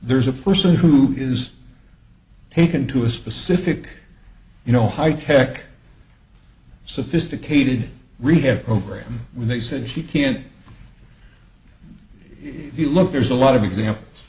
there's a person who is taken to a specific you know high tech sophisticated rehab program when they said she can't if you look there's a lot of examples